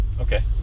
okay